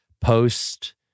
post